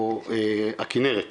הכנרת,